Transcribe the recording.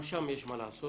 גם שם יש מה לעשות.